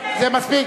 זה מספיק,